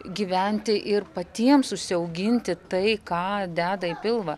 gyventi ir patiems užsiauginti tai ką deda į pilvą